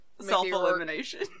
self-elimination